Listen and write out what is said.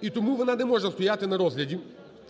і тому вона не може стояти на розгляді.